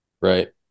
Right